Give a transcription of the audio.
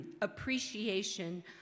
appreciation